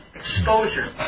exposure